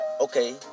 okay